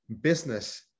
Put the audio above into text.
business